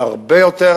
הרבה יותר